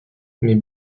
mais